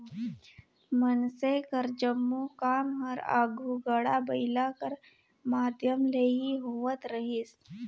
मइनसे कर जम्मो काम हर आघु गाड़ा बइला कर माध्यम ले ही होवत रहिस